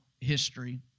history